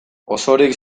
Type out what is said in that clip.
osorik